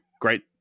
great